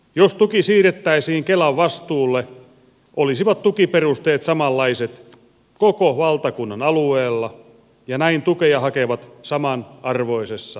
jos tuki siirrettäisiin kelan vastuulle olisivat tukiperusteet samanlaiset koko valtakunnan alueella ja näin tukea hakevat samanarvoisessa asemassa